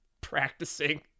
practicing